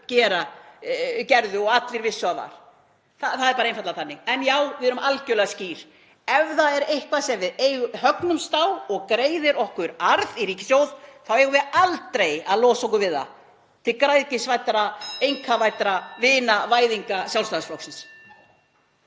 var fyrir og allir vissu að var. Það er bara einfaldlega þannig. En já, við erum algerlega skýr. Ef það er eitthvað sem við högnumst á og greiðir okkur arð í ríkissjóð þá eigum við aldrei að losa okkur við það í græðgisvædda, einkavædda vinavæðingu Sjálfstæðisflokksins.